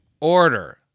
order